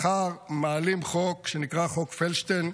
מחר מעלים חוק שנקרא חוק פלדשטיין,